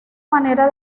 manera